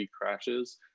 crashes